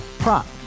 Prop